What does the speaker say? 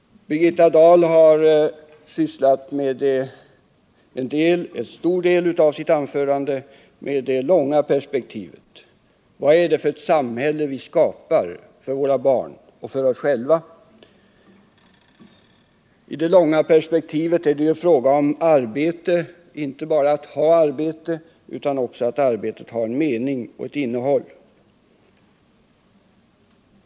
Birgitta Dahl har i en stor del av sitt anförande uppehållit sig vid det långa perspektivet. Vad är det för samhälle vi skapar för våra barn och för oss själva? I det långa perspektivet är det ju fråga om arbete, och då inte bara om att ha ett arbete, utan också om att arbetet har en mening och ett innehåll.